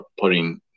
putting